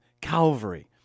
Calvary